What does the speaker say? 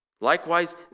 Likewise